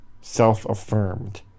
self-affirmed